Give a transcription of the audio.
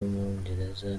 w’umwongereza